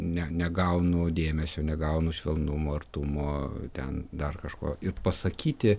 ne negaunu dėmesio negaunu švelnumo artumo ten dar kažko ir pasakyti